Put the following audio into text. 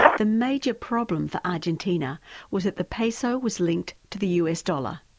the major problem for argentina was that the peso was linked to the us dollar.